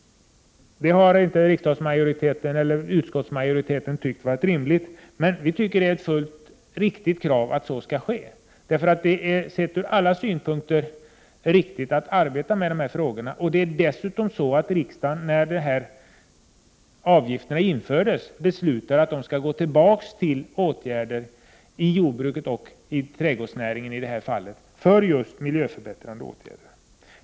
Det har inte utskottsmajoriteten ansett vara rimligt, men vi reservanter tycker att det är ett helt riktigt krav att så skall ske. Det är sett ur alla synvinklar riktigt att arbeta med dessa frågor. Det är dessutom så att riksdagen samtidigt som avgifterna infördes beslutade att pengarna skulle gå tillbaka till jordbruket ochi det här fallet till trädgårdsnäringen för just miljöförbättrande åtgärder.